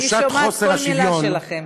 "תחושת חוסר השוויון" היא שומעת כל מילה שלכם,